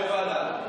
יו"ר הוועדה.